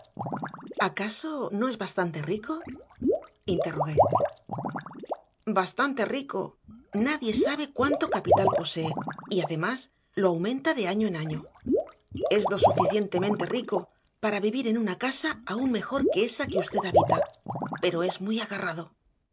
acaso no es bastante rico interrogué bastante rico nadie sabe cuánto capital posee y además lo aumenta de año en año es lo suficientemente rico para vivir en una casa aún mejor que esa que usted habita pero es muy agarrado